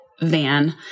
van